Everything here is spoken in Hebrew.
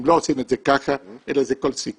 אם לא עושים את זה ככה אין לזה כל סיכוי,